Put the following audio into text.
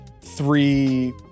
three